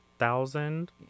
thousand